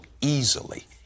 easily